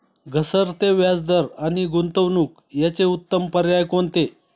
घसरते व्याजदर आणि गुंतवणूक याचे उत्तम पर्याय कोणते?